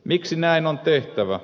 miksi näin on tehtävä